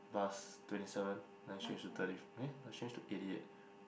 bus twenty seven then I change to thirty eh no I change to eighty eight